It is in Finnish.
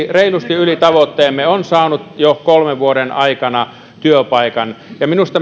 yli tavoitteemme on saanut jo työpaikan kolmen vuoden aikana ja minusta